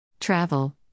Travel